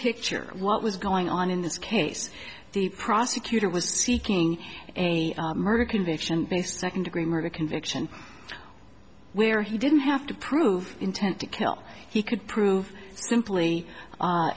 picture what was going on in this case the prosecutor was seeking a murder conviction based second degree murder conviction where he didn't have to prove intent to kill he could prove simply